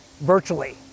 virtually